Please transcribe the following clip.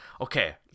Okay